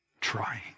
trying